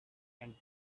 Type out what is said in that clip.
and